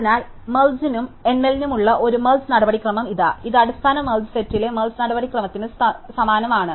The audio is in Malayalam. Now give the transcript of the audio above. അതിനാൽ മെർജ് നും എണ്ണലിനുമുള്ള ഒരു മെർജ് നടപടിക്രമം ഇതാ ഇത് അടിസ്ഥാന മെർജ് സെറ്റിലെ മെർജ് നടപടിക്രമത്തിന് സമാനമാണ്